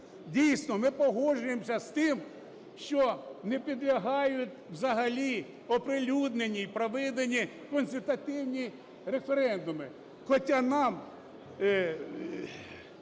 Дійсно, ми погоджуємося з тим, що не підлягають взагалі оприлюдненню і проведенню консультативні референдуми.